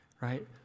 right